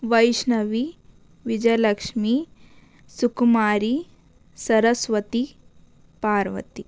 Vaishnavi Vijayalakshmi Sukumari Saraswati Parvati